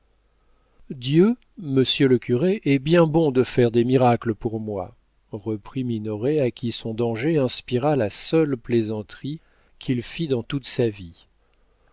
monsieur le curé est bien bon de faire des miracles pour moi reprit minoret à qui son danger inspira la seule plaisanterie qu'il fît dans toute sa vie